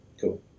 cool